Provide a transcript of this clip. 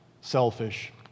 selfish